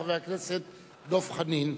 חבר הכנסת דב חנין.